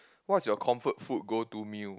what's your comfort food go to meal